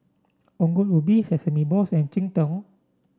Ongol Ubi Sesame Balls and Cheng Tng